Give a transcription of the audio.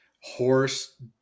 horse